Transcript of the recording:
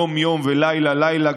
יום-יום ולילה-לילה,